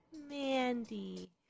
Mandy